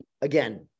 again